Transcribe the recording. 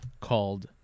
called